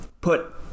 put